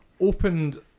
opened